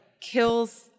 kills